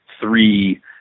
three